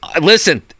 Listen